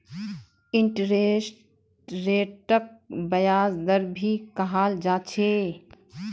interest रेटक ब्याज दर भी कहाल जा छे